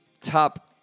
top